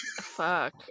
Fuck